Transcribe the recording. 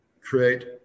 create